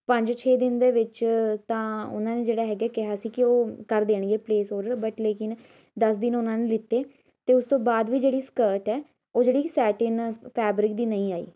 ਪੰਜ ਛੇ ਦਿਨ ਦੇ ਵਿੱਚ ਤਾਂ ਉਹਨਾਂ ਨੇ ਜਿਹੜਾ ਹੈਗਾ ਕਿਹਾ ਸੀ ਕਿ ਉਹ ਕਰ ਦੇਣਗੇ ਪਲੇਸ ਔਡਰ ਬਟ ਲੇਕਿਨ ਦਸ ਦਿਨ ਉਹਨਾਂ ਨੇ ਲਿੱਤੇ ਅਤੇ ਉਸ ਤੋਂ ਬਾਅਦ ਵੀ ਜਿਹੜੀ ਸਕਰਟ ਹੈ ਉਹ ਜਿਹੜੀ ਸੈਟਿਨ ਫੈਬਰਿਕ ਦੀ ਨਹੀਂ ਆਈ